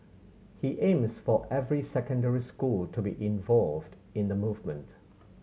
he aims for every secondary school to be involved in the movement